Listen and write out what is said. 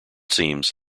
seems